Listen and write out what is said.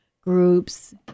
groups